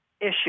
issue